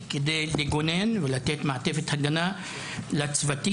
כדי לגונן ולתת מעטפת הגנה לצוותים,